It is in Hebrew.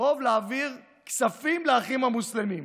רוב להעביר כספים לאחים המוסלמים.